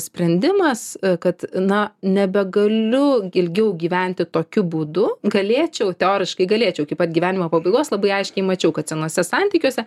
sprendimas kad na nebegaliu ilgiau gyventi tokiu būdu galėčiau teoriškai galėčiau iki pat gyvenimo pabaigos labai aiškiai mačiau kad senuose santykiuose